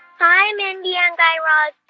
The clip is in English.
hi, mindy and guy raz.